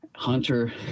Hunter